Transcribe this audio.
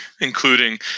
including